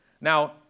Now